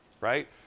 right